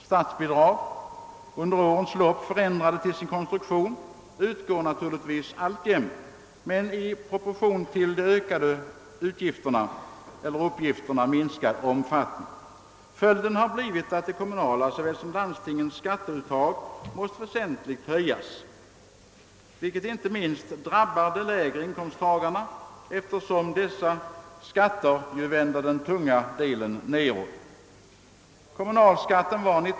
Statsbidrag — under årens lopp förändrade till sin konstruktion — utgår naturligtvis alltjämt men i proportion till ökade uppgifter i minskad om fattning. Följden har blivit att kommunernas såväl som landstingens skatteuttag måst väsentligt höjas, vilket inte minst drabbar de lägre inkomsttagarna, eftersom dessa skatter vänder den tunga delen neråt.